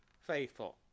faithful